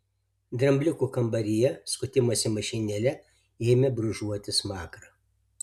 drambliukų kambaryje skutimosi mašinėle ėmė brūžuoti smakrą